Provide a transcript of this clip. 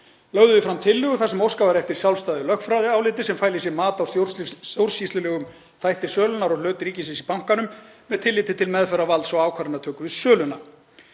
Lögðum við fram tillögu þar sem óskað var eftir sjálfstæðu lögfræðiáliti sem fæli í sér mat á stjórnsýslulegum þætti sölunnar á hlut ríkisins í bankanum með tilliti til meðferðar valds og ákvarðanatöku við söluna.